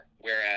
whereas